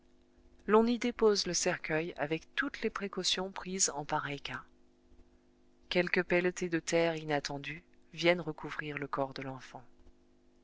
l'on y dépose le cercueil avec toutes les précautions prises en pareil cas quelques pelletées de terre inattendues viennent recouvrir le corps de l'enfant